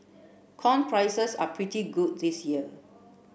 corn prices are pretty good this year